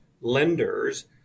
lenders